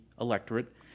electorate